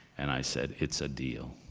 and i said, it's a deal.